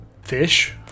fish